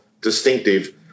distinctive